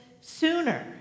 sooner